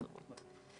בהמשך.